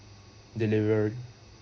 delivery